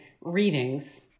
readings